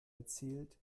erzählt